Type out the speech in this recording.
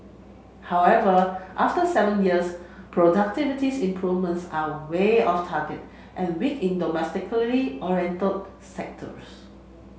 however after seven years productivity's improvements are way of target and weak in domestically oriented sectors